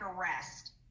arrest